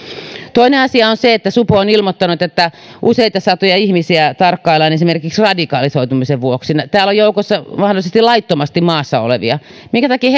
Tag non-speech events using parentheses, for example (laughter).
toinen asia on se että supo on ilmoittanut että useita satoja ihmisiä tarkkaillaan esimerkiksi radikalisoitumisen vuoksi täällä on joukossa mahdollisesti laittomasti maassa olevia minkä takia (unintelligible)